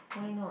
why not